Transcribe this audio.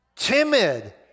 timid